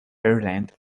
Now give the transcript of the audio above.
ireland